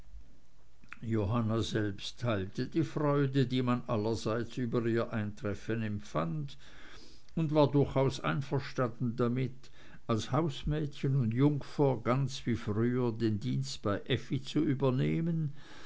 johanna selbst teilte die freude die man allerseits über ihr eintreffen empfand und war durchaus einverstanden damit als hausmädchen und jungfer ganz wie früher den dienst bei effi zu übernehmen